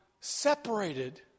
separated